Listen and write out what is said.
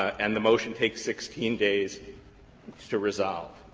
and the motion takes sixteen days to resolve.